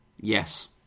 Yes